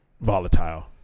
volatile